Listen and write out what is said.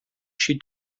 she